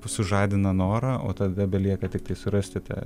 sužadina norą o tada belieka tiktai surasti tą